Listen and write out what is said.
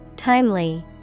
Timely